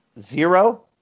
Zero